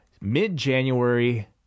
mid-January